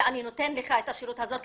ואני נותן לך את השירות הזה,